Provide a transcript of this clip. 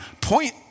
point